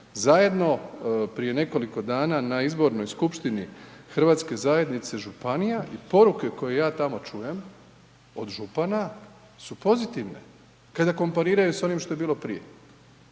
zajedno prije nekoliko dana na izbornoj skupštini Hrvatske zajednice županija i poruke koje ja tamo čujem od župana su pozitivne kada kompariraju s onim što je bilo prije.